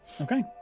Okay